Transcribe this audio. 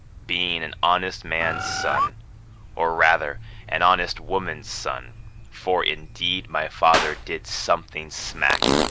being an honest man's son' or rather an honest woman's son for indeed my father did something smack,